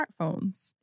smartphones